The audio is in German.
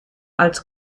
als